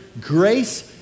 grace